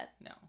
No